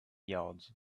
yards